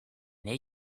they